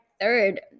third